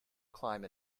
climb